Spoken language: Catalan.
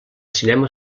cinema